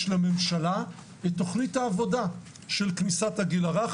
לממשלה את תוכנית העבודה של כניסת הגיל הרך,